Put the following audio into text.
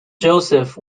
joseph